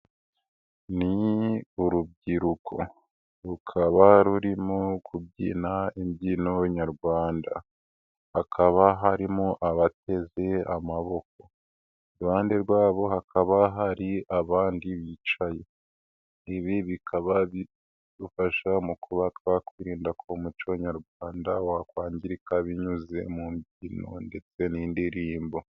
Ni urubyiruko rukaba rurimo kubyina imbyino nyarwanda, hakaba harimo abatezwe amaboko, iruhande rwabo hakaba hari abandi bicaye, ibi bikaba bidufasha mu kuba twakwirinda ko umuco nyarwanda wakwangirika binyuze mu mbyino ndetse n'indirimbo.